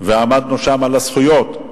ועמדנו שם על הזכויות,